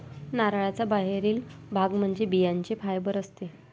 नारळाचा बाहेरील भाग म्हणजे बियांचे फायबर असते